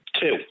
Two